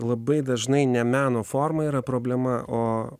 labai dažnai ne meno forma yra problema o